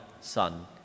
Son